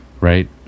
right